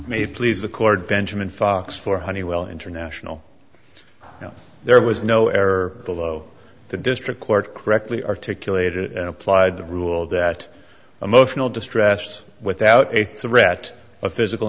may please the cord benjamin fox for honeywell international there was no error below the district court correctly articulated applied the rule that emotional distress without a threat of physical